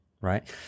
Right